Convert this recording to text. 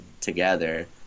together